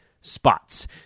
spots